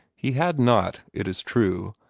he had not, it is true,